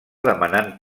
demanant